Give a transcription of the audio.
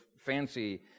fancy